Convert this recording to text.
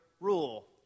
rule